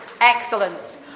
excellent